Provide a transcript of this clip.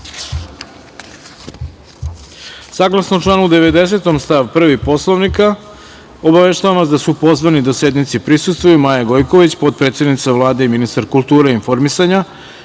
pisma. Saglasno članu 90. stav 1. Poslovnika, obaveštavam vas da su pozvani da sednici prisustvuju: Maja Gojković, potpredsednica Vlade i ministar kulture i informisanja,